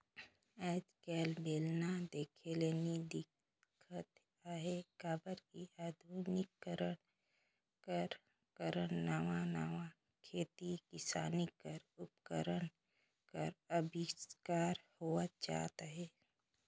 आएज काएल बेलना देखे ले नी दिखत अहे काबर कि अधुनिकीकरन कर कारन नावा नावा खेती किसानी कर उपकरन कर अबिस्कार होवत जात अहे